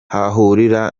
ahahurira